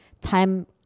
time